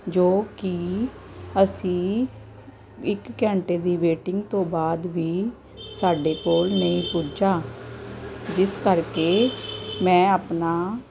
ਜੋ ਕਿ ਅਸੀਂ ਇੱਕ ਘੰਟੇ ਦੀ ਵੇਟਿੰਗ ਤੋਂ ਬਾਅਦ ਵੀ ਸਾਡੇ ਕੋਲ ਨਹੀਂ ਪੁੱਜਾ ਜਿਸ ਕਰਕੇ ਮੈਂ ਆਪਣਾ